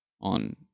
on